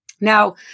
Now